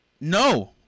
No